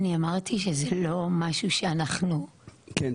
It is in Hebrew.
אני אמרתי שזה לא משהו שאנחנו --- כן,